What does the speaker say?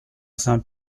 saint